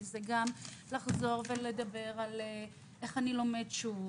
כי זה גם אומר לחזור ולדבר על האופן בו הם לומדים שוב